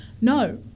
no